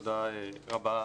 תודה רבה.